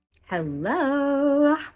hello